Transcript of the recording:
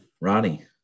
Ronnie